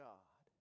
God